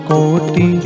Koti